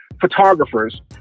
Photographers